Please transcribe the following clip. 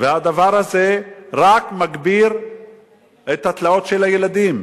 הדבר הזה רק מגביר את התלאות של הילדים.